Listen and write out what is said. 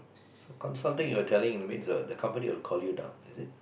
consulting it will telling means what the company will call you down is it